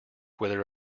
whether